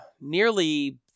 nearly